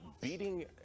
beating